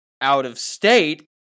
out-of-state